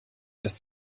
dass